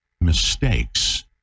mistakes